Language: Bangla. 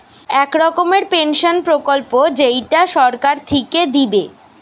এক রকমের পেনসন প্রকল্প যেইটা সরকার থিকে দিবে